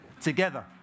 together